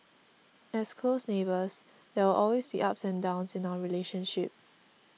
as close neighbours there will always be ups and downs in our relationship